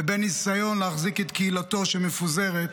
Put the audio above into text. לבין ניסיון להחזיק את קהילתו שמפוזרת,